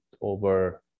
over